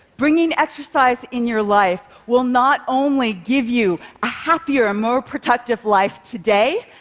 bringing exercise in your life will not only give you a happier, more protective life today,